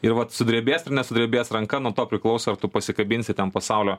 ir vat sudrebės ar nesudrebės ranka nuo to priklauso ar tu pasikabinsi ten pasaulio